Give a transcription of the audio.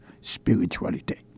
spirituality